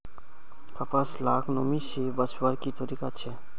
कपास लाक नमी से बचवार की तरीका छे?